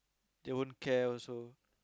they won't care also